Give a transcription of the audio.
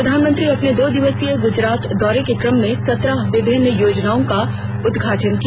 प्रधानमंत्री अपने दो दिवसीय गुजरात दौरे के क्रम में सत्रह विभिन्न परियोजनाओं का उद्घाटन किया